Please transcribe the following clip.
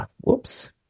whoops